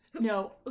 no